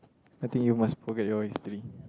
I think you must forget your history